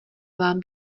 vám